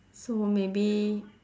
so maybe